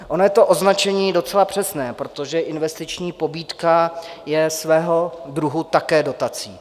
Ono je to označení docela přesné, protože investiční pobídka je svého druhu také dotací.